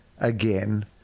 again